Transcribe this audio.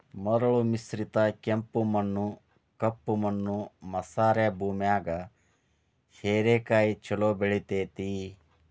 ಮರಳು ಮಿಶ್ರಿತ ಕೆಂಪು ಮಣ್ಣ, ಕಪ್ಪು ಮಣ್ಣು ಮಸಾರೆ ಭೂಮ್ಯಾಗು ಹೇರೆಕಾಯಿ ಚೊಲೋ ಬೆಳೆತೇತಿ